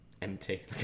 empty